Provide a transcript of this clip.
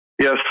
Yes